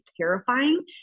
terrifying